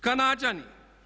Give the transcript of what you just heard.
Kanađani.